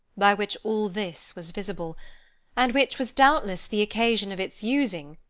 by which all this was visible and which was doubtless the occasion of its using,